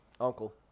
Uncle